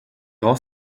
grand